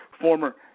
former